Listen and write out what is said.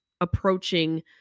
approaching